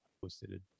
posted